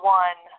one